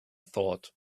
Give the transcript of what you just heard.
thought